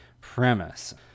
premise